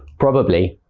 probably.